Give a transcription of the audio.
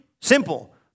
simple